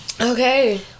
Okay